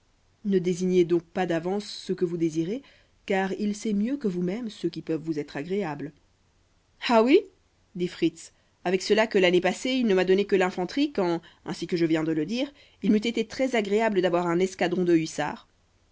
ne désignez donc pas d'avance ceux que vous désirez car il sait mieux que vous-mêmes ceux qui peuvent vous être agréables ah oui dit fritz avec cela que l'année passée il ne m'a donné que de l'infanterie quand ainsi que je viens de le dire il m'eût été très agréable d'avoir un escadron de hussards